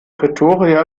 pretoria